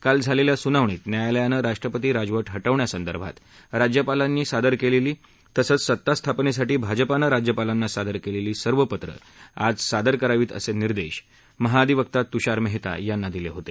काल झालेल्या सूनावणीत न्यायालयानं राष्ट्रपती राजवट हटवण्यासंदर्भात राज्यपालांनी सादर केलली तसंच सत्तास्थापनेसाठी भाजपानं राज्यपालांना सादर केलली सर्व पत्र आज सादर करावीत असे निर्देश काल न्यायालयानं महाधिवक्ता तुषार मेहता यांना दिले होते